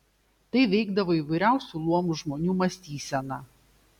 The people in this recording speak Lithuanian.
tai veikdavo įvairiausių luomų žmonių mąstyseną